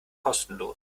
kostenlos